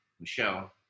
Michelle